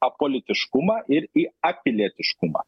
apolitiškumą ir į apilietiškumą